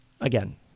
Again